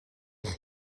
eich